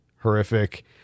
horrific